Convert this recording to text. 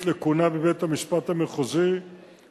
הצעת החוק מבקשת להגדיל את מספר השופטים והדיינים במערכת בלי